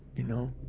you know,